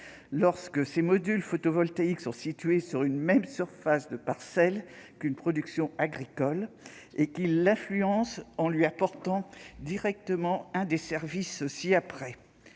lorsque ses modules photovoltaïques sont situés sur une même surface de parcelle qu'une production agricole et qu'ils influencent celle-ci en apportant directement un des services listés ci-après